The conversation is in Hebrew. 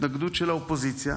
התנגדות של האופוזיציה.